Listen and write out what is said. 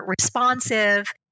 responsive